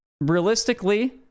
realistically